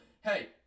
Hey